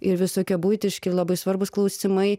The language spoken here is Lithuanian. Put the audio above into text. ir visokie buitiški labai svarbūs klausimai